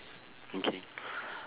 okay